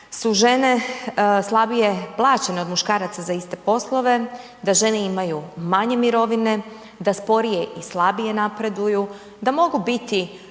su žene slabije plaćene od muškaraca za iste poslove, da žene imaju manje mirovine, da sporije i slabije napreduju, da mogu biti